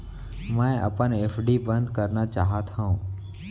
मै अपन एफ.डी बंद करना चाहात हव